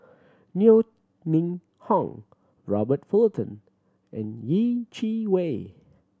Yeo Ning Hong Robert Fullerton and Yeh Chi Wei